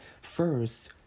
First